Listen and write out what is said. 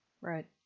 Right